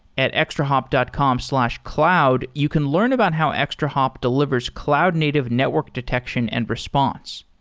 at extrahop dot com slash cloud, you can learn about how extrahop delivers cloud-native network detection and response.